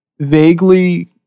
Vaguely